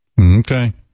Okay